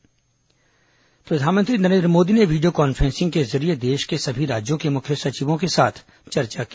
प्रधानमंत्री थाना प्रशंसा प्रधानमंत्री नरेन्द्र मोदी ने वीडियो कॉन्फ्रेंसिंग के जरिये देश के सभी राज्यों के मुख्य सचिवों के साथ चर्चा की